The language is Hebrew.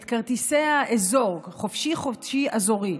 את כרטיסי האזור, חופשי-חודשי אזורי,